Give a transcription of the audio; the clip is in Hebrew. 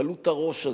קלות-הראש הזאת,